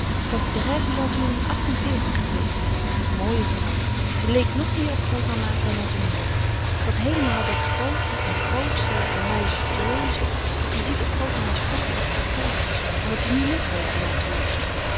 tante therèse zal toen acht-en-veertig geweest zijn een mooie vrouw ze leek nog meer op grootmama dan onze moeder ze had heelemaal dat groote en grootsche en majestueuze wat je ziet op grootmama's vroegere portretten en wat ze nu nog heeft in haar